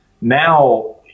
Now